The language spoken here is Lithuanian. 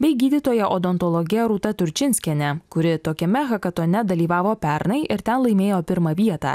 bei gydytoja odontologe rūta turčinskiene kuri tokiame hakatone dalyvavo pernai ir ten laimėjo pirmą vietą